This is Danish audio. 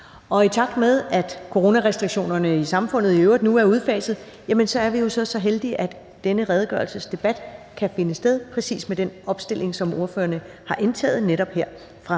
I takt med at coronarestriktionerne i samfundet i øvrigt nu er udfaset, er vi jo så så heldige, at denne redegørelsesdebat kan finde sted med præcis den opstilling, som ordførerne har indtaget,